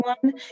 one